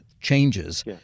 changes